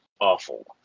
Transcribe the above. awful